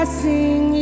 sing